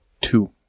two